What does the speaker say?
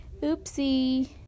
oopsie